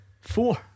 Four